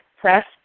press